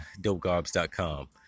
DopeGarbs.com